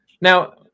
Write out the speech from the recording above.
now